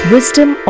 Wisdom